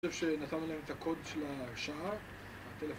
אני חושב שנתנו להם את הקוד של ההרשאה, הטלפון נתן להם